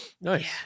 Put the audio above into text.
Nice